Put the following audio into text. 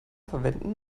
verwenden